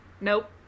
Nope